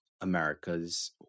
America's